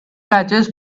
batches